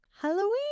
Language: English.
Halloween